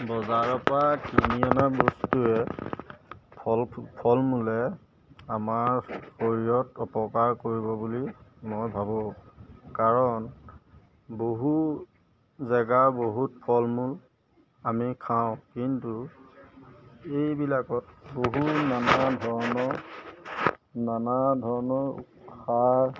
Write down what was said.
বজাৰৰপৰা কিনি আমাৰ বস্তুৱে ফল ফলমূলে আমাৰ শৰীৰত অপকাৰ কৰিব বুলি মই ভাবোঁ কাৰণ বহু জেগাৰ বহুত ফলমূল আমি খাওঁ কিন্তু এইবিলাকত বহু নানা ধৰণৰ নানা ধৰণৰ সাৰ